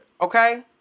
Okay